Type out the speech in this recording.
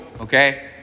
okay